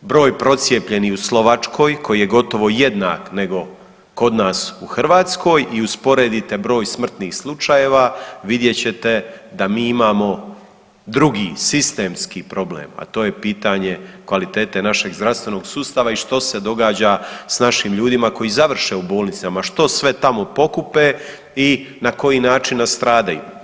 broj procijepljenih u Slovačkoj koji je gotovo jednak nego kod nas u Hrvatskoj i usporedite broj smrtnih slučajeva, vidjet ćete da mi imamo drugi sistemski problem, a to je pitanje kvalitete našeg zdravstvenog sustava i što se događa s našim ljudima koji završe u bolnicama, što sve tamo pokupe i na koji način nastradaju.